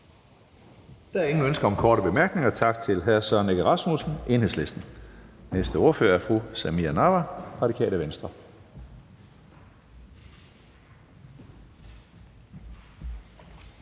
Der er ingen ønsker om korte bemærkninger. Tak til hr. Søren Egge Rasmussen, Enhedslisten. Næste ordfører er fru Samira Nawa, Radikale Venstre.